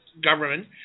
government